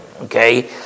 Okay